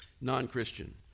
Non-Christian